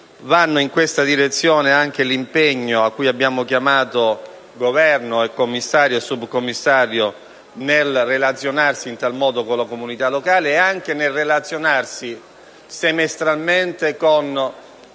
Va in questa direzione anche l'impegno cui abbiamo chiamato Governo, commissario e subcommissario nel relazionarsi in tal modo con la comunità locale e anche nel relazionarsi semestralmente con